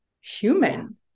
human